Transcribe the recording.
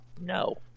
No